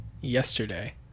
yesterday